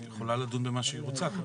היא יכולה לדון במה שהיא רוצה.